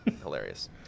Hilarious